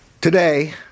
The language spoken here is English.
Today